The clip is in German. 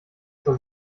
zwar